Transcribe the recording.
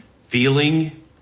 feeling